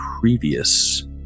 previous